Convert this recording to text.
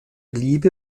liebe